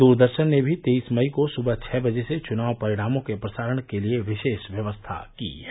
दूरदर्शन ने भी तेईस मई को सुवह छः बजे से चुनाव परिणामों के प्रसारण के लिये विशेष व्यवस्था की है